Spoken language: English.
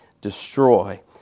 destroy